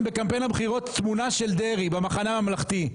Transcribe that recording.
בקמפיין הבחירות תמונה של דרעי במחנה הממלכתי.